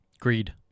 Greed